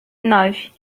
nove